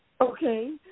Okay